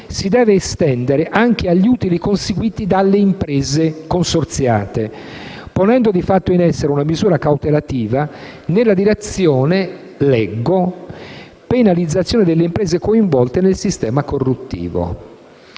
si deve estendere anche agli utili conseguiti dalle imprese consorziate, ponendo di fatto in essere una misura cautelativa nella direzione della - leggo - «penalizzazione delle imprese coinvolte nel sistema corruttivo».